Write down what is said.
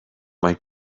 mae